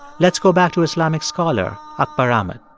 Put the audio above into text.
let's go back to islamic scholar akbar ahmed